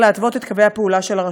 להתוות את קווי הפעולה של הרשות.